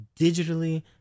digitally